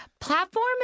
Platform